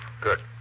Good